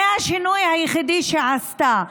זה השינוי היחידי שעשתה.